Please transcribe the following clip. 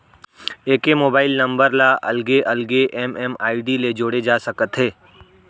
एके mobile number ल अलगे अलगे एम.एम.आई.डी ले जोड़े जा सकत हे